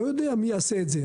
לא יודע מי צריך לעשות את זה,